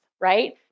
right